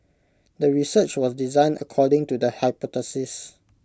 the research was designed according to the hypothesis